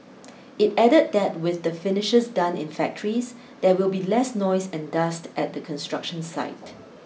it added that with the finishes done in factories there will be less noise and dust at the construction site